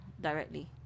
directly